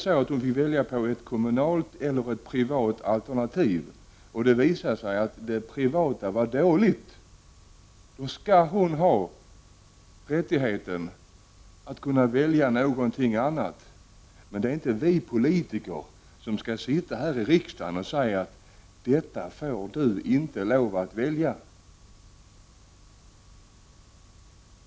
Om hon fick välja mellan ett kommunalt och ett privat alternativ och det privata alternativet skulle visa sig vara dåligt, borde hon ha rätt att välja någonting annat. Men det är inte vi politiker här i riksdagen som skall säga: Detta får du inte lov att välja.